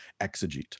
Exegete